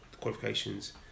qualifications